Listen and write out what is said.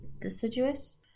deciduous